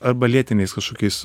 arba lėtiniais kažkokiais